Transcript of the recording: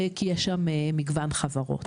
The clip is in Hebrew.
כי יש שם מגוון חברות.